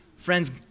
Friends